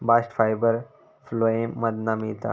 bast fibre phloem मधना मिळता